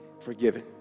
forgiven